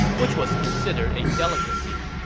which was considered a delicacy.